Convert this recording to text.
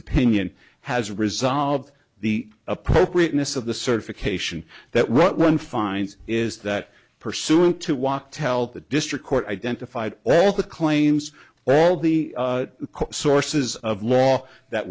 opinion has resolved the appropriateness of the certification that what one finds is that pursuant to walk tell the district court identified all the claims well the sources of law that